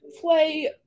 play